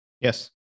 Yes